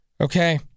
Okay